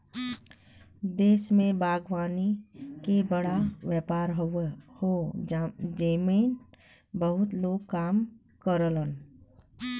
देश में बागवानी के बड़ा व्यापार हौ जेमन बहुते लोग काम करलन